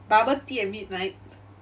bubble tea at midnight